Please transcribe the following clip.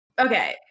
okay